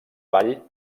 ball